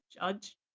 judge